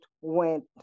went